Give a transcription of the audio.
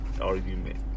argument